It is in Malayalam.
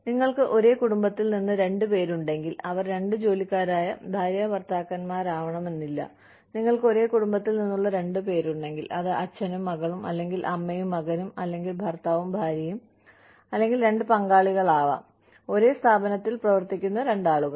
നിങ്ങൾക്ക് ഒരേ കുടുംബത്തിൽ നിന്ന് രണ്ട് പേരുണ്ടെങ്കിൽ അവർ രണ്ട് ജോലിക്കാരായ ഭാര്യാഭർത്താക്കന്മാരാവണമെന്നില്ല നിങ്ങൾക്ക് ഒരേ കുടുംബത്തിൽ നിന്നുള്ള രണ്ട് പേരുണ്ടെങ്കിൽ അത് അച്ഛനും മകളും അല്ലെങ്കിൽ അമ്മയും മകനും അല്ലെങ്കിൽ ഭർത്താവും ഭാര്യയും അല്ലെങ്കിൽ രണ്ട് പങ്കാളികളാവാം ഒരേ സ്ഥാപനത്തിൽ പ്രവർത്തിക്കുന്ന രണ്ടാളുകൾ